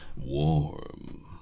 Warm